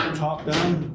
um top down.